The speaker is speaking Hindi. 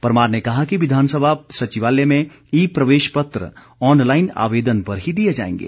परमार ने कहा कि विधानसभा सचिवालय में ई प्रवेश पत्र ऑनलाईन आवेदन पर ही दिए जाएंगे